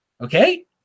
Okay